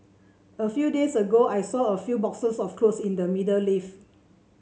a few days ago I saw a few boxes of cloth in the middle lift